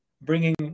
bringing